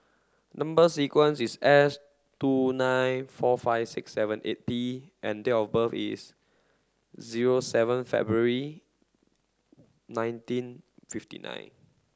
number sequence is S two nine four five six seven eight P and date of birth is zero seven February nineteen fifty nine